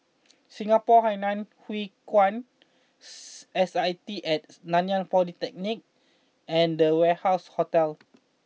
Singapore Hainan Hwee Kuan S I T at Nanyang Polytechnic and The Warehouse Hotel